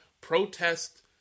protest